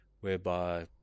whereby